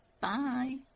Bye